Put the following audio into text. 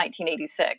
1986